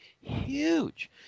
huge